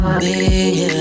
baby